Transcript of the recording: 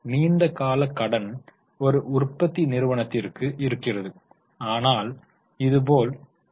நீண்ட கால கடன் ஒரு உற்பத்தி நிறுவனத்திற்கு இருக்கிறது ஆனால் இதுபோல் டி